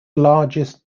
largest